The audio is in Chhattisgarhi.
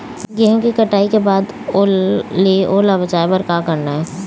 गेहूं के कटाई के बाद ओल ले ओला बचाए बर का करना ये?